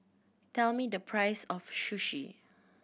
tell me the price of Sushi